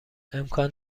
امکان